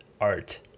art